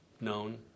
known